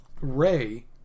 Ray